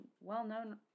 well-known